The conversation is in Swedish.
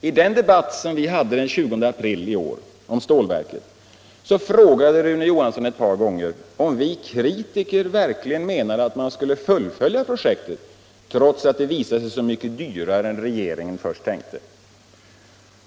I den debatt vi förde den 20 april i år om Stålverk 80 frågade Rune Johansson ett par gånger om vi kritiker verkligen menade att man skulle fullfölja projektet trots att det visat sig så mycket dyrare än regeringen först hade tänkt.